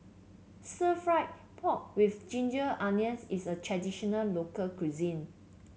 stir fry pork with Ginger Onions is a traditional local cuisine